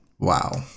Wow